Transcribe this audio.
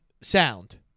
sound